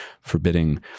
forbidding